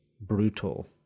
brutal